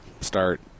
start